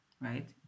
right